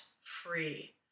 free